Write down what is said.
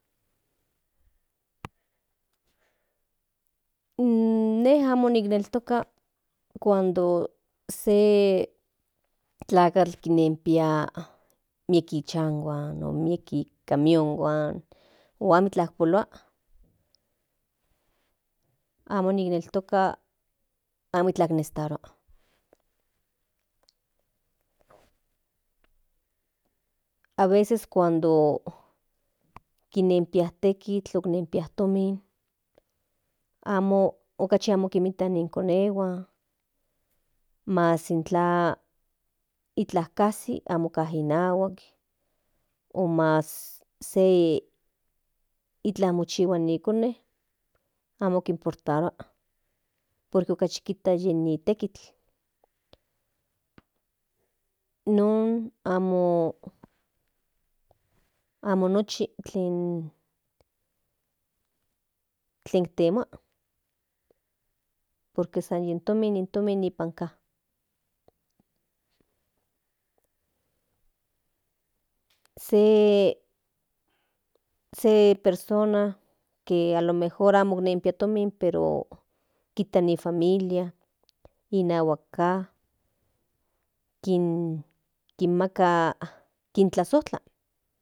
Ine amo nineltoka cuando se tl**akatl nen pia miek ni chanhuan o miek kamionhuan amikla polua amo nineltoka amikla necesitarua aveces kinenpia tekitl kinenpia tomin okachi amo kinikta ni konehuan mas intla itlan kasi amaka in to nahuak mas san se iklan mochihua ni konen amo kinportarua por que okachi kijta in no tekitl non amo nochi tlen temua por que san in tomin tomin ipan ka se persona ke alomejor amo kinpia tomin pero kita ni familia inahuak ka kintlazojtla.